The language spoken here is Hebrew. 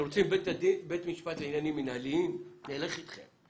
רוצים בית משפט לעניינים מנהליים, אני אלך אתכם.